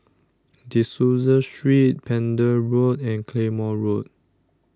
De Souza Street Pender Road and Claymore Road